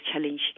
challenge